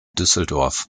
düsseldorf